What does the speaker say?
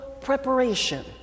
preparation